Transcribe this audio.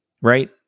right